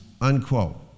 unquote